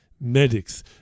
medics